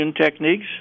techniques